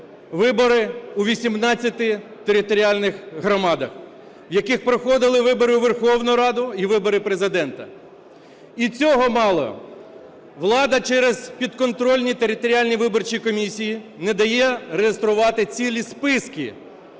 вибори у 18 територіальних громадах, в яких проходили вибори у Верховну Раду і вибори Президента. І цього мало. Влада через підконтрольні територіальні виборчі комісії не дає реєструвати цілі списки